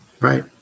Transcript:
Right